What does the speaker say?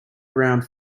around